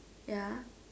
ya